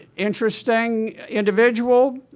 interesting individual,